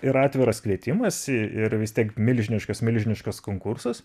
yra atviras kvietimas i ir vis tiek milžiniškas milžiniškas konkursas